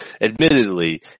admittedly